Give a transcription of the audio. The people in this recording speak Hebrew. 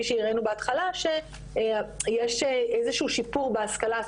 שהראנו בהתחלה שיש איזשהו שיפור בהשכלה,